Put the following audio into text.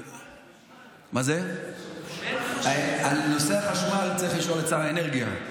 על נושא החשמל צריך לשאול את שר האנרגיה.